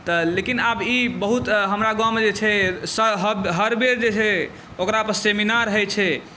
तऽ लेकिन आब ई बहुत हमरा गाँवमे जे छै हर बेर जे छै ओकरापर सेमिनार होइत छै